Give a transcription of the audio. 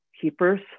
keepers